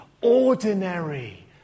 ordinary